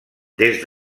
des